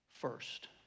first